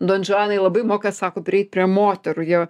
donžuanai labai moka sako prieit prie moterų jie